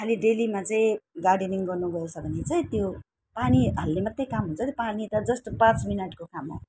खालि डेलीमा चाहिँ गार्डनिङ गर्नु गएछ भने चाहिँ त्यो पानी हाल्ने मात्रै काम हुन्छ त्यो पानी त जस्ट पाँच मिनटको काम हो